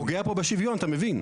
אתה פוגע פה בשוויון, אתה מבין?